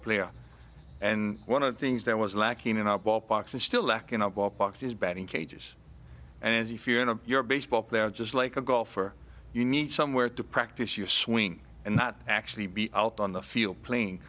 player and one of the things that was lacking in our ballparks and still lacking of ballparks is batting cages and if you're into your baseball player just like a golfer you need somewhere to practice your swing and not actually be out on the field playing